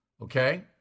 okay